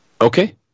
Okay